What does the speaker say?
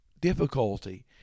Difficulty